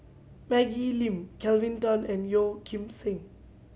Maggie Lim Kelvin Tan and Yeo Kim Seng